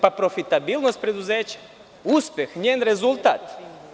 To je profitabilnost preduzeća, uspeh i njen rezultat.